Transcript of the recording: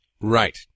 Right